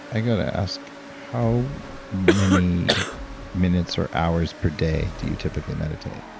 i got to ask, how many minutes or hours per day do you typically meditate?